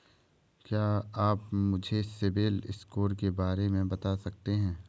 क्या आप मुझे सिबिल स्कोर के बारे में बता सकते हैं?